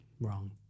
Wrong